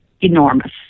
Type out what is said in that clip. enormous